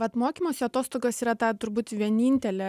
vat mokymosi atostogos yra ta turbūt vienintelė